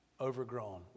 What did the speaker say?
overgrown